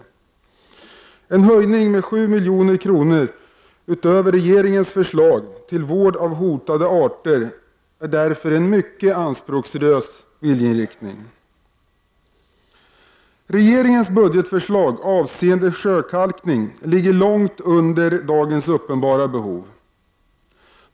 En höjning av anslaget med 7 milj.kr. utöver regeringens förslag till vård av hotade arter är därför en mycket anspråkslös viljeinriktning. Regeringens budgetförslag avseende sjökalkning ligger långt under da 27 gens uppenbara behov.